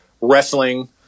wrestling